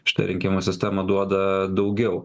šita rinkimų sistema duoda daugiau